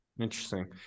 Interesting